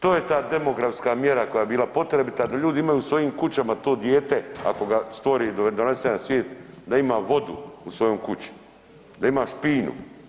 To je ta demografska mjera koja bi bila potrebita da ljudi imaju u svojim kućama to dijete ako ga stvore i donesu na svijet da ima vodu u svojoj kući, da ima špinu.